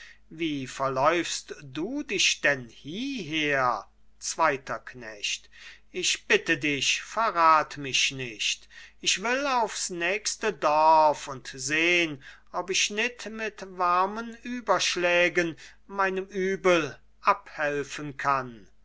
wie verläufst du dich denn hieher zweiter knecht ich bitte dich verrat mich nicht ich will aufs nächste dorf und sehn ob ich nit mit warmen überschlägen meinem übel abhelfen kann